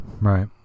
right